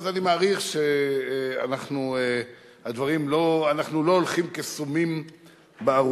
אז אני מעריך שאנחנו לא הולכים כסומים בארובה.